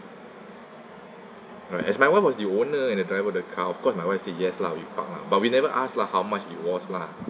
correct as my wife was the owner and the driver the car of course my wife say yes lah we park lah but we never ask lah how much it was lah